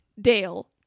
Dale